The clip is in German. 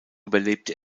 überlebte